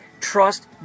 trust